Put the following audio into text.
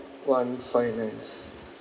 one finance